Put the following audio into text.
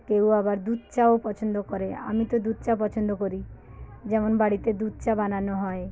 কেউ আবার দুধ চাও পছন্দ করে আমি তো দুধ চা পছন্দ করি যেমন বাড়িতে দুধ চা বানানো হয়